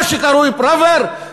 מה שקרוי פראוור,